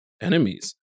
enemies